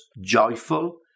joyful